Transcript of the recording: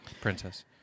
Princess